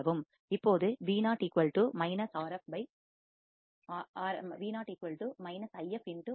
இப்போது Vo If Rf